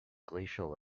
glacial